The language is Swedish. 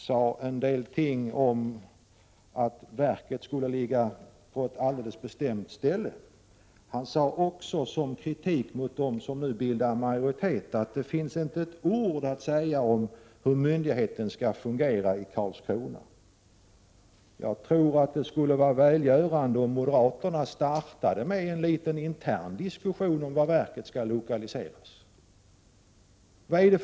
Han sade att verket inte skulle utlokaliseras. Han framförde också kritik mot dem som bildar majoritet för att det inte fanns ett enda ord sagt om hur myndigheten skulle fungera i Karlskrona. Jag tror att det vore välgörande om moderaterna förde en intern diskussion om verkets lokalisering av följande skäl.